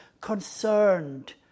concerned